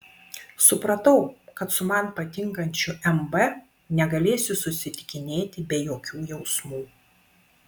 supratau kad su man patinkančiu m b negalėsiu susitikinėti be jokių jausmų